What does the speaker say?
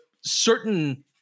certain